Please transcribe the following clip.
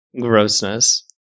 grossness